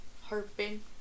harping